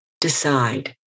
decide